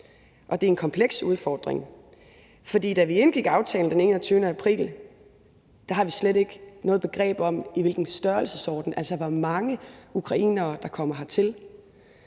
og det er en kompleks udfordring. For da vi indgik aftalen den 21. april, havde vi slet ikke noget begreb om, hvilken størrelsesorden det handlede om, altså hvor mange ukrainere der kommer hertil,